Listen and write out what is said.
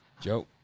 Joe